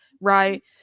right